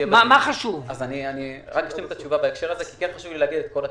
אני אשלים את התשובה בעניין הזה כי כן חשוב לי לומר את כל התהליך.